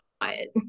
quiet